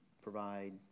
provide